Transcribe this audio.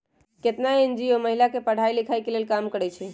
केतना एन.जी.ओ महिला के पढ़ाई लिखाई के लेल काम करअई छई